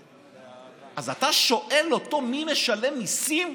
אז אתה שואל אותו מי משלם מיסים?